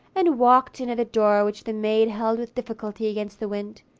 and walked in at the door which the maid held with difficulty against the wind.